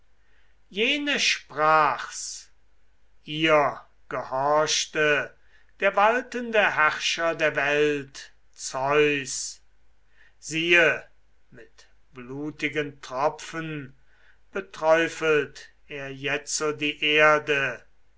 jene sprach's ihr gehorchte der waltende herrscher der welt zeus siehe mit blutigen tropfen beträufelt er jetzo die erde